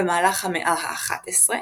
במהלך המאה האחת עשרה.